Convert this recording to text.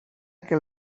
que